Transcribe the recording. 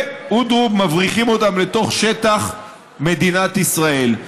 ואודרוב, מבריחים אותם לתוך שטח מדינת ישראל.